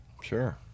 Sure